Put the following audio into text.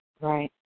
Right